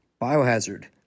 Biohazard